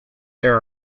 there